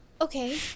Okay